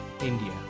India